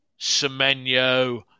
Semenyo